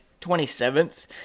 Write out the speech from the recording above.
27th